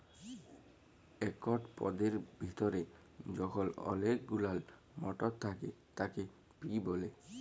একট পদের ভিতরে যখল অলেক গুলান মটর থ্যাকে তাকে পি ব্যলে